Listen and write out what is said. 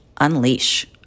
unleash